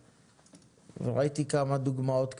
וראיתי כמה דוגמאות כאלה.